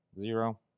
Zero